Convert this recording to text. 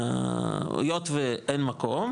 היות ואין מקום,